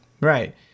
Right